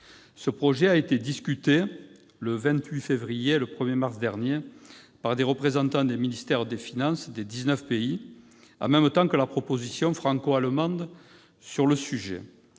Ce projet a été discuté le 28 février et le 1 mars derniers par des représentants des ministères des finances des 19 pays, en même temps que la proposition franco-allemande sur le sujet.